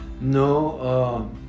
No